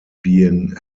being